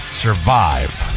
survive